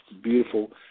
beautiful –